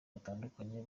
batandukanye